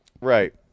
right